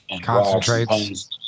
concentrates